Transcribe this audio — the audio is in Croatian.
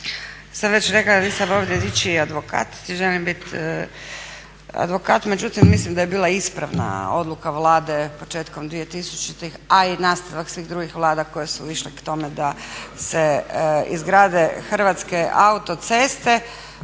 sam već rekla da nisam ovdje ničiji advokat niti želim biti međutim mislim da je bila ispravna odluka Vlade početkom 2000-ih a i nastavak svih drugih vlada koje su išle k tome da se izgrade Hrvatske autoceste